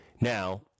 Now